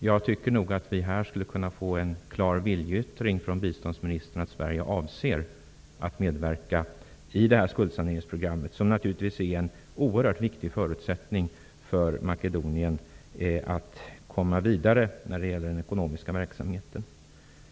Jag tycker nog att vi här skulle kunna få en klar viljeyttring från biståndsministern om att Sverige avser att medverka till det här skuldsaneringsprogrammet, som naturligtvis är en oerhört viktig förutsättning för att Makedonien skall kunna komma vidare med den ekonomiska verksamheten.